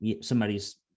somebody's